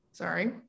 Sorry